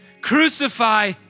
crucify